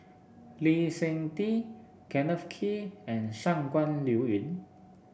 Lee Seng Tee Kenneth Kee and Shangguan Liuyun